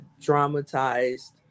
dramatized